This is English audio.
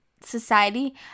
society